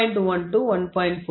1 to 1